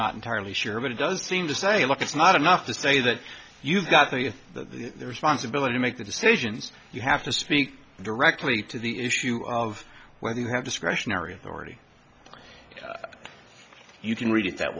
not entirely sure but it does seem to say look it's not enough to say that you've got the responsibility to make the decisions you have to speak directly to the issue of whether you have discretionary authority you can read it that